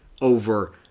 over